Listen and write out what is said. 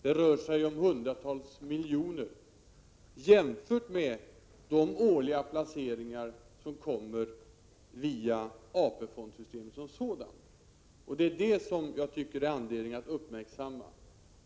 Det rör sig om några hundra miljoner, jämfört med de årliga placeringar som kommer via AP-fondssystemet som sådant. Detta tycker jag det finns anledning att uppmärksamma.